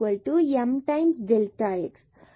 delta x ஆகும்